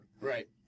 right